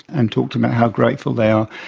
and talked about how grateful they are.